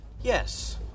Yes